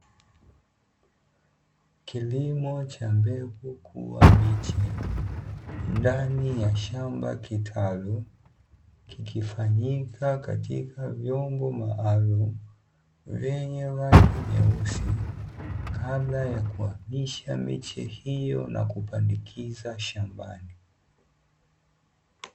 Kilimo cha mbegu kuwa miche ndani ya shamba kitalu, kikifanyika katika vyombo maalumu vyenye rangi nyeusi kabla ya kuhamisha miche hiyo na kupandikiza shambani.